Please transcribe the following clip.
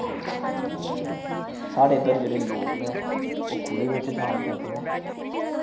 साढ़े इद्धर जेह्ड़े लोक न ओह् खुल्ले बिच्च शौच करदे न